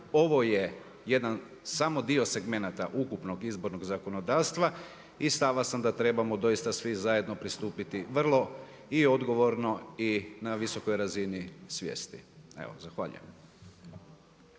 Ovo je jedan samo dio segmenata ukupnog izbornog zakonodavstva i stava sam da trebamo doista svi zajedno pristupiti vrlo i odgovorno i na visokoj razini svijesti. Evo zahvaljujem.